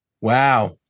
Wow